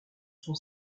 son